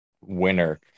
winner